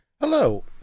Hello